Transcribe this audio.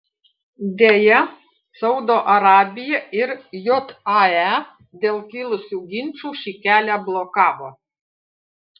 deja saudo arabija ir jae dėl kilusių ginčų šį kelią blokavo